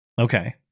Okay